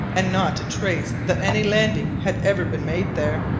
and not a trace that any landing had ever been made there.